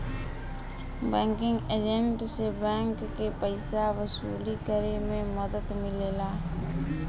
banking agent से bank के पइसा वसूली करे में मदद मिलेला